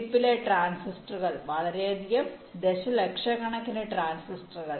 ചിപ്പിലെ ട്രാൻസിസ്റ്ററുകൾ വളരെയധികം ദശലക്ഷക്കണക്കിന് ട്രാൻസിസ്റ്ററുകൾ